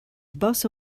bus